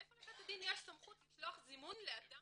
מאיפה לבית הדין יש סמכות לשלוח זימון לאדם.